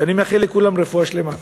ואני מאחל לכולם רפואה שלמה.